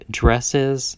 dresses